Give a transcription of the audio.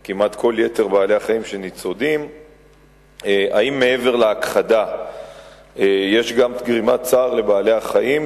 3. האם מעבר להכחדה יש גם גרימת צער לבעלי-חיים?